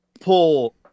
pull